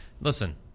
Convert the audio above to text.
Listen